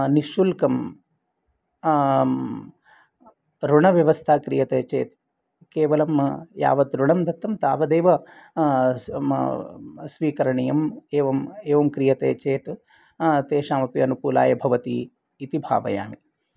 निःशुल्कं ऋणव्यवस्था क्रियते चेत् केवलं यावत् ऋणं दत्तं तावदेव स्वीकरणीयम् एवम् एवं क्रियते चेत् तेषामपि अनुकूलाय भवति इति भावयामि